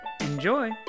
Enjoy